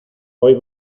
hoy